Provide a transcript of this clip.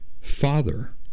father